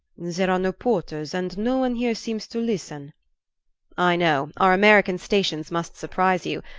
there are no porters, and no one here seems to listen i know our american stations must surprise you.